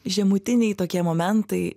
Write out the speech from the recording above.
žemutiniai tokie momentai